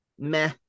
Meh